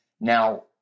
Now